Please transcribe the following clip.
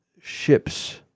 ships